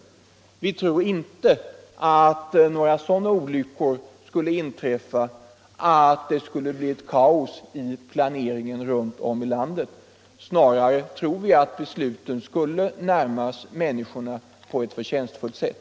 Vi tror inte att några sådana olyckor skulle inträffa att det skulle bli kaos i planeringen runt om i landet om vårt system införs. Snarare tror vi att besluten skulle närmas människorna på ett förtjänstfullt sätt.